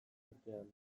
artean